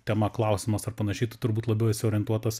tema klausimas ar panašiai tu turbūt labiau esu orientuotas